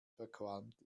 verqualmt